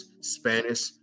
Spanish